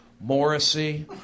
Morrissey